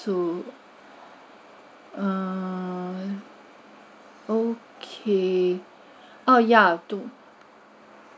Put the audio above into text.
two mm okay oh yeah two